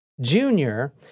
Junior